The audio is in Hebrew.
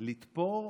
מזימה "לתפור"